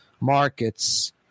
Markets